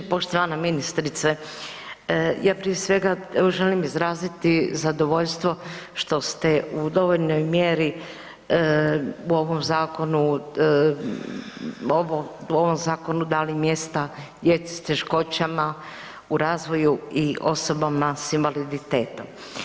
Poštovana ministrice, ja prije svega želim izraziti zadovoljstvo što ste u dovoljnoj mjeri u ovom zakonu dali mjesta djeci sa teškoćama u razvoju i osobama sa invaliditetom.